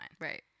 Right